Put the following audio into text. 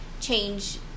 change